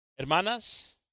hermanas